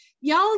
y'all